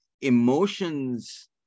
emotions